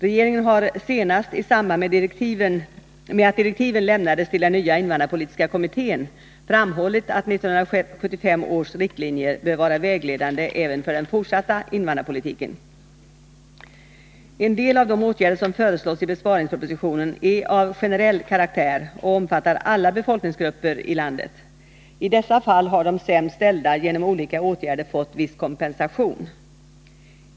Regeringen har senast i samband med att direktiv lämnades till den nya invandrarpolitiska kommittén framhållit att 1975 års riktlinjer bör vara vägledande även för den fortsatta invandrarpolitiken. En del av de åtgärder som föreslås i besparingspropositionen är av generell karaktär och omfattar alla befolkningsgrupper i landet. I dessa fall har de sämst ställda genom olika åtgärder fått viss kompensation.